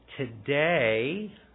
Today